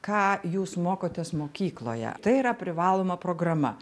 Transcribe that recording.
ką jūs mokotės mokykloje tai yra privaloma programa